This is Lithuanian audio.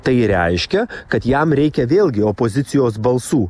tai reiškia kad jam reikia vėlgi opozicijos balsų